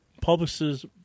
publishers